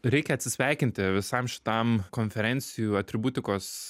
reikia atsisveikinti visam šitam konferencijų atributikos